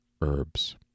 herbs